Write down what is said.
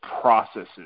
processes